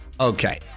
Okay